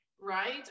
Right